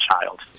child